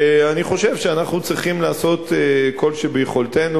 אני חושב שאנחנו צריכים לעשות כל שביכולתנו